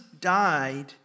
died